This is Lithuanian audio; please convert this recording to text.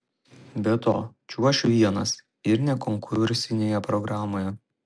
be to čiuošiu vienas ir ne konkursinėje programoje